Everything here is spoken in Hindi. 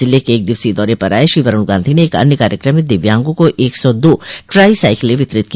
जिले के एक दिवसीय दौरे पर आये श्री वरूण गांधी ने एक अन्य कार्यक्रम में दिव्यांगों को एक सौ दो ट्राई साइकिले वितरित की